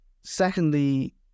Secondly